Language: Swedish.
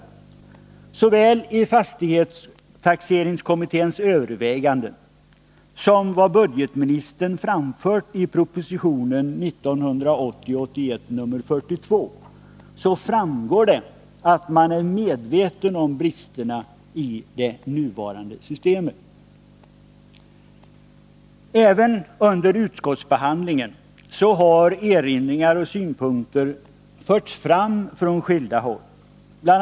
Av såväl fastighetstaxeringskommitténs överväganden som vad 16 december 1980 budgetministern framfört i proposition 1980/81:42 framgår att man är medveten om bristerna i det nuvarande systemet. Även under utskottsbehandlingen har erinringar och synpunkter förts fram från skilda håll. Bl.